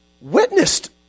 witnessed